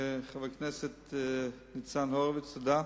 חבר הכנסת ניצן הורוביץ, תודה.